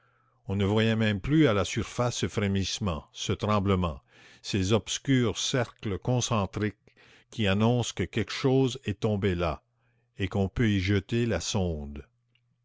on ne voyait même plus à la surface ce frémissement ce tremblement ces obscurs cercles concentriques qui annoncent que quelque chose est tombé là et qu'on peut y jeter la sonde